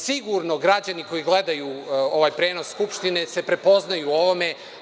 Sigurno građani koji gledaju ovaj prenos Skupštine se prepoznaju u ovome.